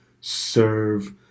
serve